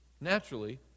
naturally